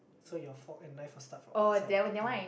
so your fork and knife will start from outside then in